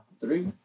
Three